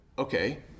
Okay